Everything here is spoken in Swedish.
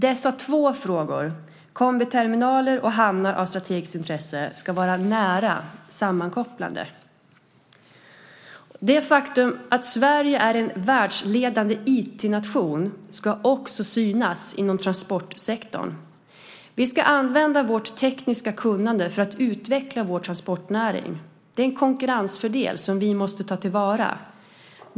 Dessa två frågor - kombiterminaler och hamnar av strategiskt intresse - ska vara nära sammankopplade. Det faktum att Sverige är en världsledande IT-nation ska också synas inom transportsektorn. Vi ska använda vårt tekniska kunnande för att utveckla vår transportnäring. Det är en konkurrensfördel som vi måste ta till vara.